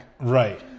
right